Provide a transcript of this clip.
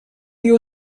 you